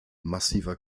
massiver